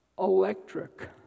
electric